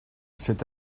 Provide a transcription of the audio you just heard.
c’est